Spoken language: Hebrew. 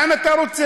לאן אתה רוצה?